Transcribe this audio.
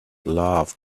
love